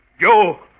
Joe